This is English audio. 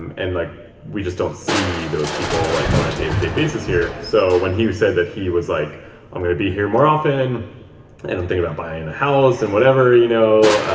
and like we just don't see those people, like on a day-to-day basis here. so when he said that he was like i'm gonna be here more often and i'm thinking about buying a house, and whatever, you know